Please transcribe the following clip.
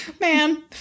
Man